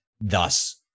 thus